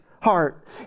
heart